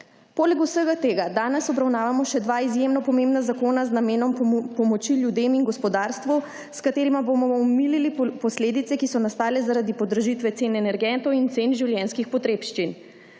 Poleg vsega tega danes obravnavamo še dva izjemno pomembna zakona z namenom pomoči ljudem in gospodarstvu, s katerima bomo omilili posledice, ki so nastale zaradi podražitve cen energentov in cen življenjskih potrebščin.